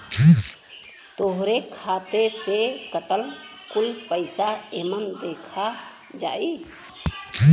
तोहरे खाते से कटल कुल पइसा एमन देखा जाई